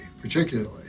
particularly